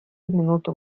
минуту